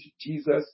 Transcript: Jesus